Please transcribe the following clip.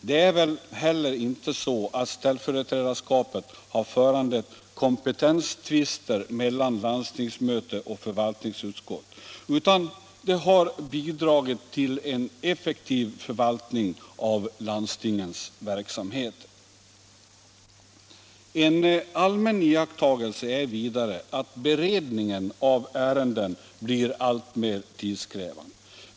Det är väl heller inte så att ställföreträdarskapet har föranlett kompetenstvister mellan landstingsmöte och förvaltningsutskott, utan det har bidragit till en effektiv förvaltning av landstingens verksamheter. En allmän iakttagelse är vidare att beredningen av ärenden blir alltmer 50 tidskrävande.